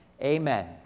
Amen